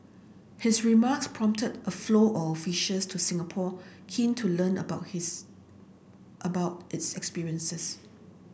his remarks prompted a flow of issues to Singapore keen to learn about his about its experiences